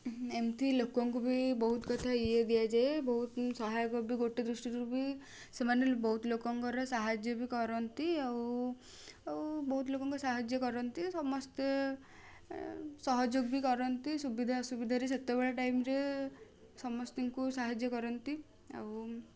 ଏମତି ଲୋକଙ୍କୁ ବି ବହୁତ କଥା ଇଏ ଦିଆଯାଏ ବହୁତ ସହାୟକ ଗୋଟେ ଦୃଷ୍ଟିରୁ ବି ସେମାନେ ବହୁତ ଲୋକଙ୍କର ସାହାଯ୍ୟ ବି କରନ୍ତି ଆଉ ଆଉ ବହୁତ ଲୋକଙ୍କ ସାହାଯ୍ୟ କରନ୍ତି ସମସ୍ତେ ସହଯୋଗ ବି କରନ୍ତି ସୁବିଧା ଅସୁବିଧାରେ ସେତେବେଳେ ଟାଇମରେ ସମସ୍ତିଙ୍କୁ ସାହାଯ୍ୟ କରନ୍ତି ଆଉ